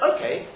Okay